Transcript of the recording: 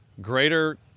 greater